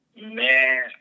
Man